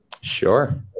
Sure